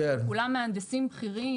שכולם מהנדסים בכירים,